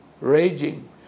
raging